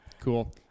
Cool